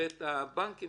ולבנקים